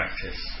practice